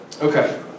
Okay